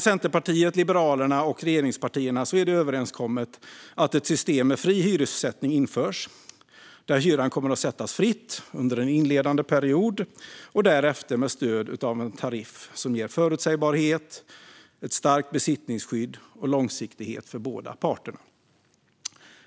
Centerpartiet, Liberalerna och regeringspartierna har kommit överens om att införa ett system med fri hyressättning, där hyran kommer att sättas fritt under en inledande period och därefter med stöd av en tariff som ger förutsägbarhet, ett starkt besittningsskydd och långsiktighet för båda parter.